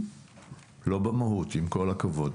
לא במהות, עם כול הכבוד.